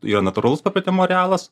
yra natūralus paplitimo arealas